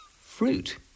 fruit